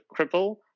cripple